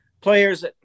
players